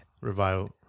Revival